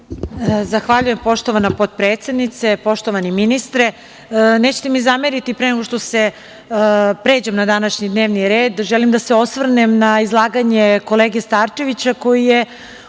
Zahvaljujem, poštovana potpredsednice, poštovani ministre, nećete mi zameriti, pre nego što pređem na današnji dnevni red, želim da se osvrnem na izlaganje kolege Starčevića koji je